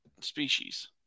species